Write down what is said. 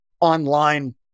online